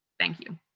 thank you.